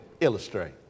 illustrate